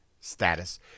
status